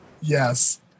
Yes